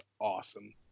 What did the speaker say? awesome